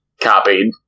copied